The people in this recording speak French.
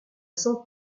sens